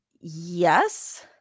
Yes